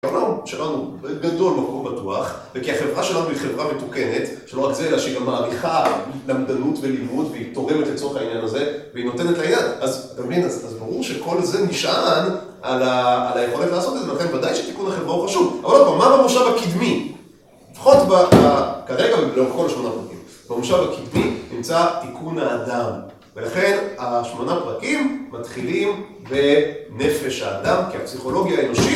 העולם שלנו הוא בגדול מקום בטוח, וכי החברה שלנו היא חברה מתוקנת, שלא רק זה, אלא שהיא גם מעריכה למדנות ולימוד, והיא תורמת לצורך העניין הזה, והיא נותנת לה יד. אז ברור שכל זה נשען על היכולת לעשות את זה, ולכן ודאי שתיקון החברה הוא חשוב. אבל מה במושב הקדמי? לפחות כרגע בגלל כל השמונה פרקים. במושב הקדמי נמצא תיקון האדם, ולכן השמונה פרקים מתחילים בנפש האדם, כי הפסיכולוגיה האנושית...